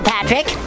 Patrick